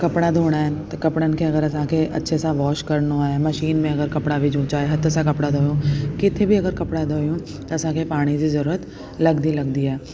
कपिड़ा धोइणा आहिनि त कपड़नि खे अगरि असांखे अच्छे सां वॉश करिणो आहे मशीन में अगरि कपिड़ा विझूं चाहे हथ सां कपिड़ा धोऊं किते बि कपिड़ा धोयऊं त असांखे पाणी जी ज़रूरत लॻंदी लॻंदी आहे